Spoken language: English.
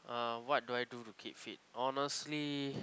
uh what do I do to keep fit honestly